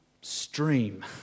stream